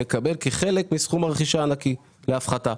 לקבל כחלק מסכום הרכישה הנקי להפחתה.